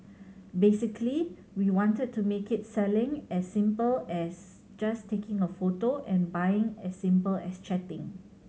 basically we wanted to make its selling as simple as just taking a photo and buying as simple as chatting